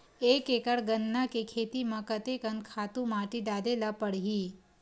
एक एकड़ गन्ना के खेती म कते कन खातु माटी डाले ल पड़ही?